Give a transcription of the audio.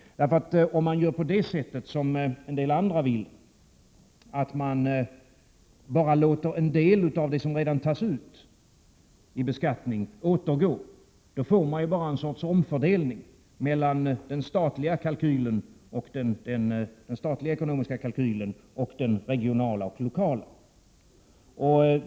Om man gör på det sätt som en del andra vill, att man bara låter en del av det som redan tas ut i beskattning återgå, då får man ju bara en sorts omfördelning mellan den statliga ekonomiska kalkylen och den regionala och lokala kalkylen.